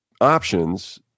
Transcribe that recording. options